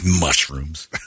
Mushrooms